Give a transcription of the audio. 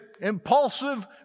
impulsive